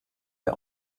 der